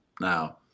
Now